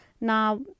Now